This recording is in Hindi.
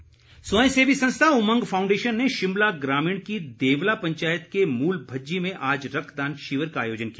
रक्तदान स्वयं सेवी संस्था उमंग फाउंडेशन ने शिमला ग्रामीण की देवला पंचायत के मूल भज्जी में आज रक्तदान शिविर का आयोजन किया